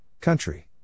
country